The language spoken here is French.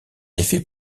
effet